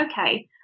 Okay